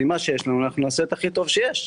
ועם מה שיש לנו אנחנו נעשה את הכי טוב שיש.